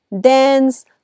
dance